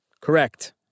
Correct